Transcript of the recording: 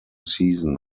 season